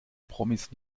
promis